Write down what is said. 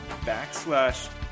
backslash